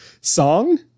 Song